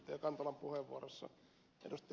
kantolan puheenvuorossa ed